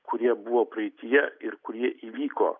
kurie buvo praeityje ir kurie įvyko